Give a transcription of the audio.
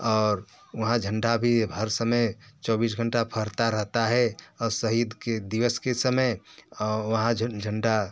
और वहाँ झंडा भी अब हर समय चौबीस घंटे फहरता रहता है और शहीद के दिवस के समय वहाँ झंडा